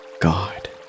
God